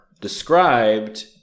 described